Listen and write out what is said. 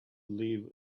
live